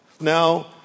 Now